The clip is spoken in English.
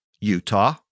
Utah